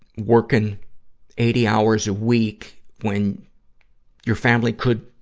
working eighty hours a week, when your family could